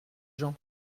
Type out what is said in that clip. gens